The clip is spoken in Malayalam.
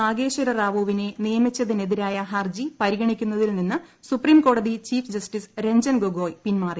നാഗേശ്വര റാവുവിനെ നിയമിച്ചതിനെതിരായ ഹർജി പരിഗണിക്കുന്നതിൽ നിന്ന് സുപ്രീം കോടതി ചീഫ് ജസ്റ്റിസ് പിൻമാറി